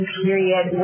period